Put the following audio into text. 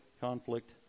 conflict